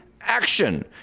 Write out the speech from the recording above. action